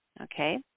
okay